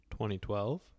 2012